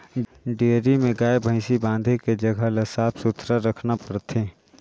dairy में गाय, भइसी बांधे के जघा ल साफ सुथरा रखना परथे